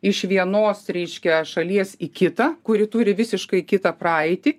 iš vienos ryškia šalies į kitą kuri turi visiškai kitą praeitį